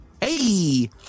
Hey